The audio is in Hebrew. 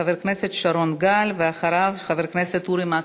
חבר הכנסת שרון גל, ואחריו, חבר הכנסת אורי מקלב.